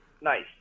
Nice